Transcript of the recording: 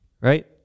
right